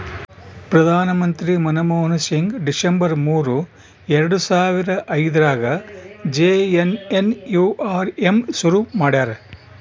ಪ್ರಧಾನ ಮಂತ್ರಿ ಮನ್ಮೋಹನ್ ಸಿಂಗ್ ಡಿಸೆಂಬರ್ ಮೂರು ಎರಡು ಸಾವರ ಐದ್ರಗಾ ಜೆ.ಎನ್.ಎನ್.ಯು.ಆರ್.ಎಮ್ ಶುರು ಮಾಡ್ಯರ